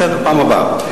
בסדר, בפעם הבאה.